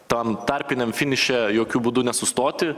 tam tarpiniam finiše jokiu būdu nesustoti